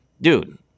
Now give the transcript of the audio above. Dude